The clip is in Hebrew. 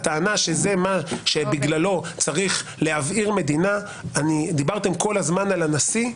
הטענה שזה מה שבגללו צריך להבעיר מדינה -- דיברתם כל הזמן על הנשיא.